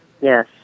Yes